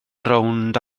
rownd